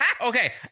Okay